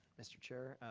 mr. chair,